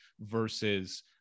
versus